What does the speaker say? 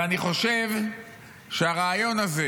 ואני חושב שהרעיון הזה